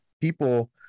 people